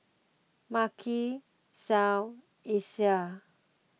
Makai Clell Isiah